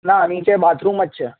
ના નીચે બાથરૂમ જ છે